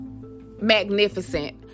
magnificent